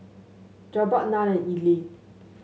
Jokbal Naan and Idili